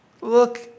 Look